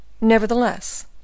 nevertheless